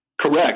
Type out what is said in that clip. Correct